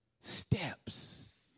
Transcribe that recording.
steps